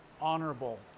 honorable